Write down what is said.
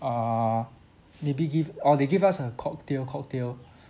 err maybe give oh they give us a cocktail cocktail